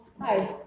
Hi